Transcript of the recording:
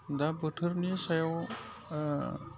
दा बोथोरनि सायाव